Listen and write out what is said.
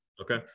Okay